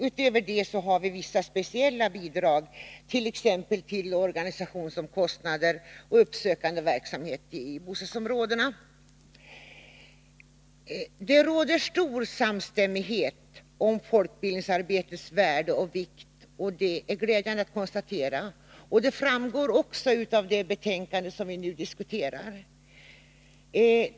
Utöver det finns vissa speciella bidrag, t.ex. till organisationsomkostnader och uppsökande verksamhet i bostadsområdena. Det råder stor samstämmighet om folkbildningsarbetets värde och vikt, och det är glädjande att konstatera. Det framgår också av det betänkande vi nu diskuterar.